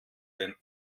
den